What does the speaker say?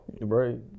Right